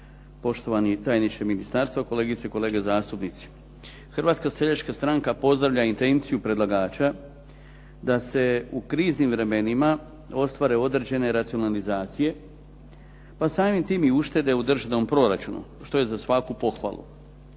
poštovani tajniče ministarstva, kolegice i kolege zastupnici. Hrvatska seljačka stranka pozdravlja intenciju predlagača da se u kriznim vremenima ostvare određene racionalizacije pa samim tim i uštede u državnom proračunu što je za svaku pohvalu.